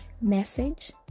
message